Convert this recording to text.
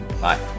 Bye